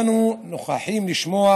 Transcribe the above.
אנו נוכחים לשמוע